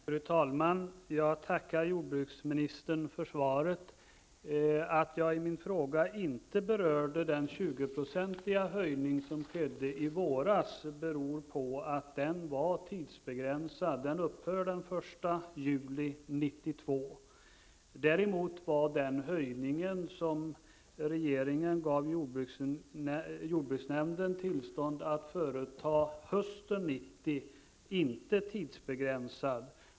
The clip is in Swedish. Fru talman! Jag tackar jordbruksministern för svaret. Att jag i min fråga inte berörde den 20-procentiga höjning som skedde i våras beror på att den var tidsbegränsad. Den upphör den 1 juli 1992. Däremot var den höjning som regeringen gav jordbruksnämnden tillstånd att genomföra hösten 1990 inte tidsbegränsad.